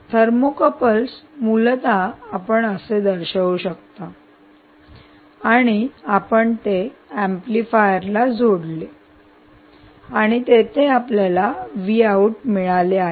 thermocouples मूलत आपण असे दर्शवू शकता आणि आपण ते ऍम्प्लिफायर ला जोडले आणि येथे आपल्याला मिळाले आहे